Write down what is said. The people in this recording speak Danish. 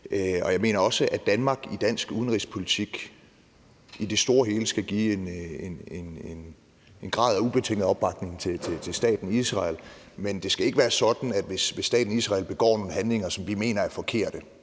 og jeg mener også, at Danmark i dansk udenrigspolitik i det store og hele skal give en grad af ubetinget opbakning til staten Israel. Men det skal da også være sådan, at vi, hvis staten Israel begår nogen handlinger, som vi mener er forkerte